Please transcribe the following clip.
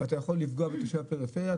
אתה יכול לפגוע בתושב פריפריה,